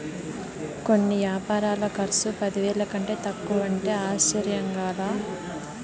కొన్ని యాపారాల కర్సు పదివేల కంటే తక్కువంటే ఆశ్చర్యంగా లా